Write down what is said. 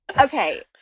okay